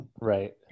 Right